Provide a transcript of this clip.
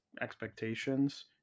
expectations